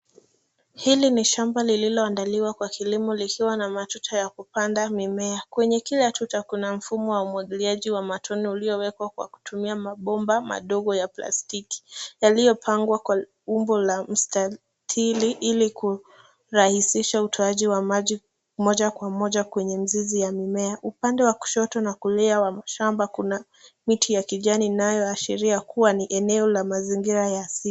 Hili ni shamba lililoandaliwa kwa kilimo likiwa na matuta ya kupanda mimea. Kwenye kila tuta, kuna mfumo wa umwagikiaji wa matone uliowekwa kwa kutumia mabomba madogo ya plastiki, yaliyopangwa kwa umbo na mstatili ili kurahisisha utoaji wa maji moja kwa moja kutoka mizizi ya mimea. Upande wa kushoto na kulia wa shamba kuna miti ya kijani inayoashiria kuwa ni eneo la mazingira ya asili.